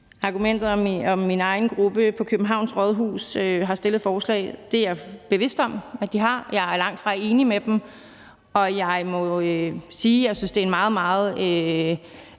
argumentet om, at min egen gruppe på Københavns Rådhus har stillet et forslag. Det er jeg bevidst om de har, men jeg er langtfra enig med dem, og jeg må sige, at jeg synes, det er en meget, meget